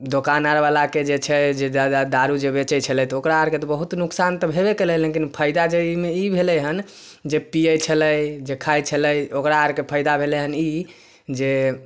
दोकान आओरवलाके जे छै जे दारू जे बेचै छलै तऽ ओकरा आओरके तऽ बहुत नोकसान तऽ भेबै कएलै लेकिन फाइदा जे एहिमे ई भेलै हँ जे पिए छलै जे खाइ छलै ओकरा आओरके फाइदा भेलै हँ ई जे